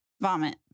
vomit